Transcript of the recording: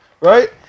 right